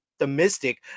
optimistic